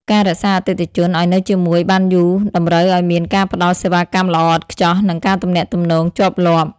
ការ រក្សាអតិថិជន ឱ្យនៅជាមួយបានយូរតម្រូវឱ្យមានការផ្តល់សេវាកម្មល្អឥតខ្ចោះ និងការទំនាក់ទំនងជាប់លាប់។